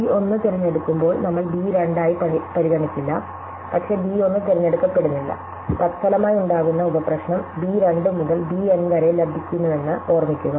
B 1 തിരഞ്ഞെടുക്കുമ്പോൾ നമ്മൾ B 2 ആയി പരിഗണിക്കില്ല പക്ഷേ ബി 1 തിരഞ്ഞെടുക്കപ്പെടുന്നില്ല തത്ഫലമായുണ്ടാകുന്ന ഉപപ്രശ്നം ബി 2 മുതൽ ബി എൻ വരെ ലഭിക്കുന്നുവെന്ന് ഓർമ്മിക്കുക